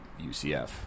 UCF